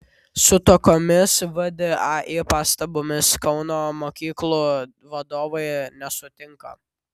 su tokiomis vdai pastabomis kauno mokyklų vadovai nesutinka